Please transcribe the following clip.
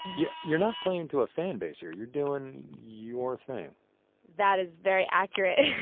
yeah you're not playing to a fanbase here, you're doing your thing that is very accurate.